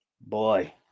boy